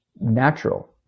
natural